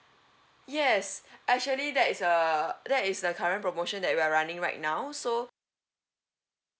yes actually that is a that is the current promotion that we are running right now so